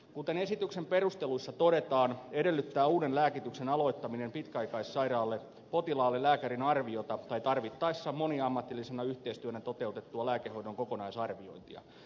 kuten esityksen perusteluissa todetaan edellyttää uuden lääkityksen aloittaminen pitkäaikaissairaalle potilaalle lääkärin arviota tai tarvittaessa moniammatillisena yhteistyönä toteutettua lääkehoidon kokonaisarviointia